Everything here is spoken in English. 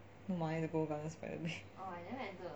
no money to go gardens by the bay